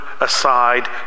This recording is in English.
aside